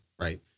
right